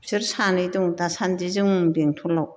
बिसोर सानै दं दासान्दि जोंनि बेंटलाव